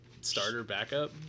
starter-backup